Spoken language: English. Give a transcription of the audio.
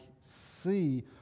see